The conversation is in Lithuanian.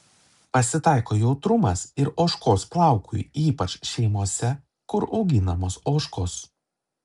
pasitaiko jautrumas ir ožkos plaukui ypač šeimose kur auginamos ožkos